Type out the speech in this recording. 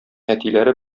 әтиләре